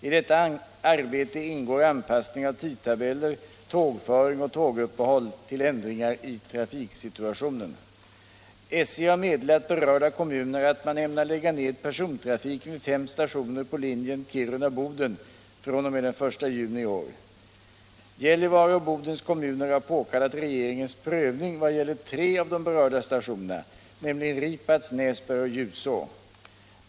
I detta arbete ingår anpassning av tidtabeller, tågföring och tåguppehåll till ändringar i trafiksituationen. SJ har meddelat berörda kommuner att man ämnar lägga ner persontrafiken vid fem stationer på linjen Kiruna-Boden fr.o.m. den 1 juni i år. Gällivare och Bodens kommuner har påkallat regeringens prövning vad gäller tre av de berörda stationerna, nämligen Ripats, Näsberg och Ljuså.